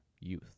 Youth